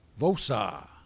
Vosa